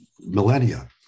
millennia